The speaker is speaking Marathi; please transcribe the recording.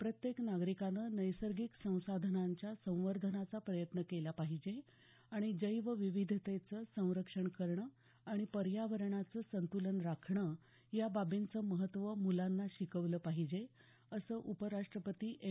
प्रत्येक नागरिकानं नैसर्गिक संसाधनांच्या संवर्धनाचा प्रयत्न केला पाहिजे आणि जैवविविधतेचं संरक्षण करणं आणि पर्यावरणाचं संतुलन राखणं या बाबींचं महत्त्व मुलांना शिकवलं पाहिजे असं उपराष्ट्रपती एम